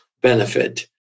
benefit